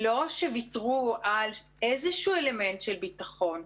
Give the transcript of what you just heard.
לא שוויתרו על איזשהו אלמנט של ביטחון,